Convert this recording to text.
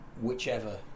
whichever